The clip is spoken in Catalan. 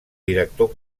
director